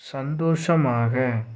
சந்தோஷமாக